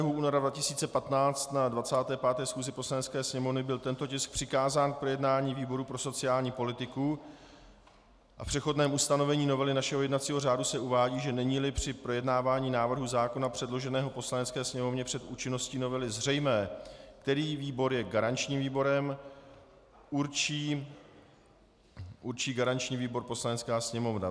Dne 11. února 2015 na 25. schůzi Poslanecké sněmovny byl tento tisk přikázán k projednání výboru pro sociální politiku a v přechodném ustanovení novely našeho jednacího řádu se uvádí, že neníli při projednávání návrhu zákona předloženého Poslanecké sněmovně před účinností novely zřejmé, který výbor je garančním výborem, určí garanční výbor Poslanecká sněmovna.